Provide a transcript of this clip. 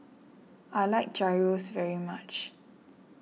I like Gyros very much